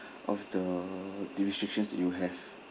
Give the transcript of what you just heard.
of the the restrictions that you have